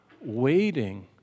waiting